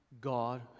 God